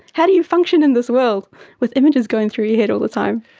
how do you function in this world with images going through your head all the time?